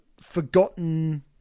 forgotten